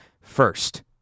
first